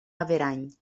averany